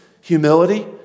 humility